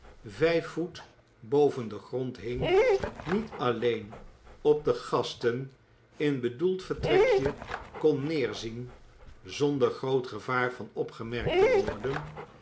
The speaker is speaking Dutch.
vijf voet boven den grond hing niet alleen op de gasten in bedoeld vertrekje kon neerzien zonder groot gevaar van opgemerkt te worden